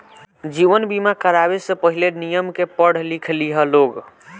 जीवन बीमा करावे से पहिले, नियम के पढ़ लिख लिह लोग